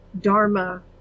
dharma